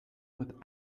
with